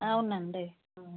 అవునండి